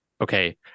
okay